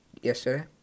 yesterday